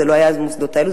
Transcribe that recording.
זה לא היה במוסדות האלה,